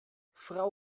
frau